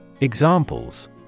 Examples